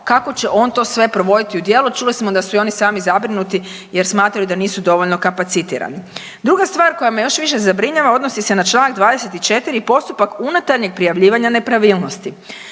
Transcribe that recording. kako će on to sve provoditi u djelo, čuli smo da su i oni sami zabrinuti jer smatraju da nisu dovoljno kapacitirani. Druga stvar koja me još više zabrinjava odnosi se na čl. 24. postupak unutarnjeg prijavljivanja nepravilnosti.